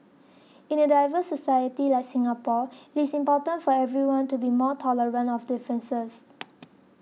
in a diverse society like Singapore it is important for everyone to be more tolerant of differences